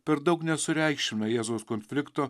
per daug nesureikšmina jėzaus konflikto